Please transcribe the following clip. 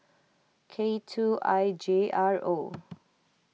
K two I J R O